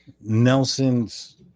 Nelson's